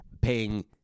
paying